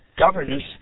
governance